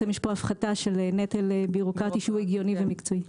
יש כאן הפחתה של נטל בירוקרטי שהוא הגיוני ומקצועי.